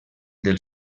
del